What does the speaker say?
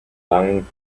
langen